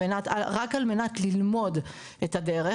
רק על מנת ללמוד את הדרך,